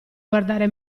guardare